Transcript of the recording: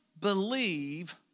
believe